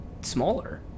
smaller